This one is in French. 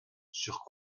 sur